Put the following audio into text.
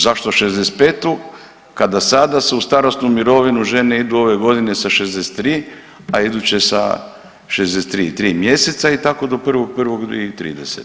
Zašto 65. kada sada se u starosnu mirovinu žene idu ove godine sa 63, a iduće sa 63 i 3 mjeseca i tako do 1.1.2030.